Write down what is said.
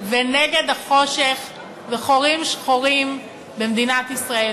ונגד החושך וחורים שחורים במדינת ישראל.